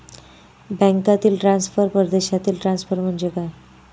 बँकांतील ट्रान्सफर, परदेशातील ट्रान्सफर म्हणजे काय?